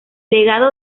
legado